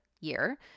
year